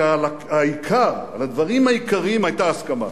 שעל העיקר, על הדברים העיקריים, היתה הסכמה.